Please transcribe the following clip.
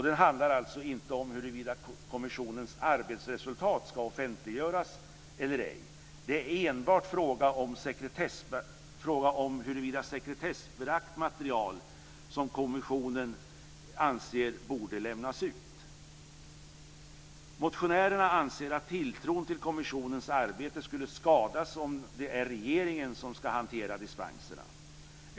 Det handlar inte om huruvida kommissionens arbetsresultat ska offentliggöras eller ej. Det är enbart fråga om sekretessbelagt material som kommissionen anser borde lämnas ut. Motionärerna anser att tilltron till kommissionens arbete skulle skadas om det är regeringen som ska hantera dispenserna.